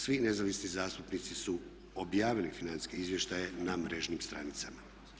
Svi nezavisni zastupnici su objavili financijske izvještaje na mrežnim stranicama.